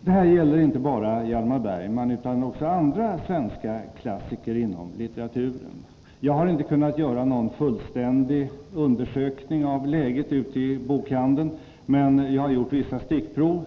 Nu gäller det inte bara Hjalmar Bergman utan också andra svenska klassiker inom litteraturen. Jag har inte kunnat göra någon fullständig undersökning av läget ute i bokhandeln, men jag har gjort vissa stickprov.